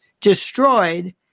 destroyed